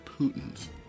Putin's